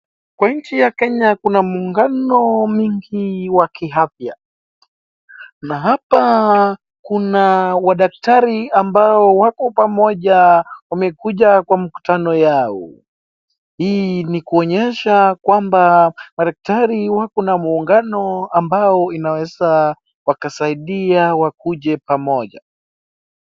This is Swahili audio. Kwa nchi ya kenya kuna muungano mingi wa kiafya na hapa kuna madaktari ambao wako pamoja wamekuja kwa mkutano yao hii ni kuonyesha kwamba madaktari wakona muungano ambao unaweza wasaidia wakuje pamoja .